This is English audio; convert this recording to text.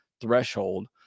threshold